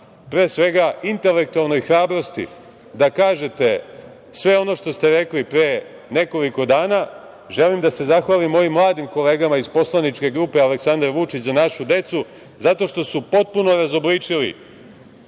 pre svega intelektualnoj hrabrosti da kažete sve ono što ste rekli pre nekoliko dana. Želim da se zahvalim mojim mladim kolegama iz Poslaničke grupe „Aleksandar Vučić – Za našu decu“, zato što su potpuno razobličili